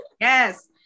yes